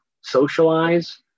socialize